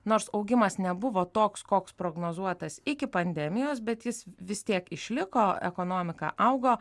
nors augimas nebuvo toks koks prognozuotas iki pandemijos bet jis vis tiek išliko ekonomika augo